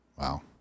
Wow